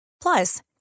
Plus